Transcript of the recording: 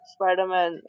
Spider-Man